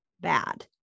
bad